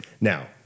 Now